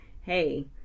hey